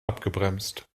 abgebremst